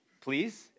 please